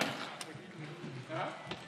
מה איתך, תגיד לי, אה?